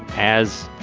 as,